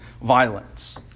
violence